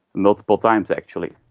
multiple times actually.